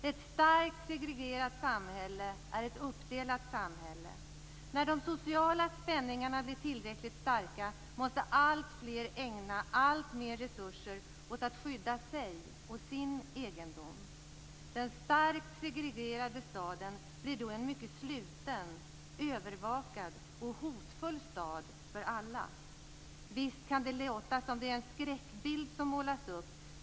Ett starkt segregerat samhälle är ett uppdelat samhälle. När de sociala spänningarna blir tillräckligt starka, måste alltfler ägna alltmer resurser åt att skydda sig och sin egendom. Den starkt segregerade staden blir då en mycket sluten, övervakad och hotfull stad för alla. Visst kan det låta som att det är en skräckbild som målas upp.